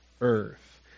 earth